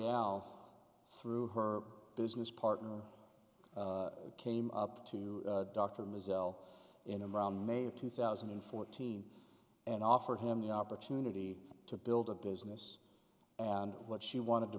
now through her business partner came up to dr mizzle in a round may of two thousand and fourteen and offered him the opportunity to build a business and what she wanted to